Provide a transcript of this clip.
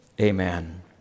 amen